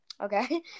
Okay